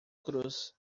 cruz